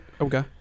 Okay